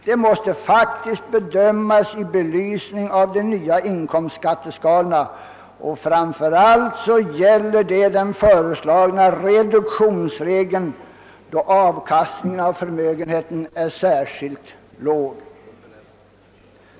Det måste faktiskt bedömas i belysning av de nya inkomstskatteskalorna. Framför allt gäller detta den föreslagna reduktionsregeln då avkastningen av förmögenheten är särskilt låg.